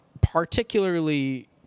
particularly